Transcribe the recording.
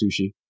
Sushi